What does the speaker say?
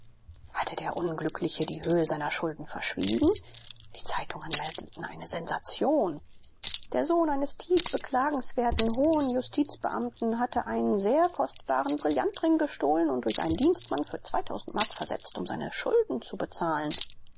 hatte der unglückliche die höhe seiner schulden verschwiegen die zeitungen meldeten eine sensation der sohn eines tief beklagenswerten hohen justizbeamten habe einen sehr kostbaren brillantring gestohlen und durch einen dienstmann für mark versetzt um seine schulden zu bezahlen